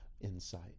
insight